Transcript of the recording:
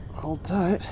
hold tight.